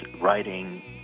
writing